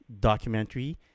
documentary